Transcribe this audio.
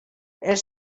els